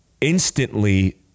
instantly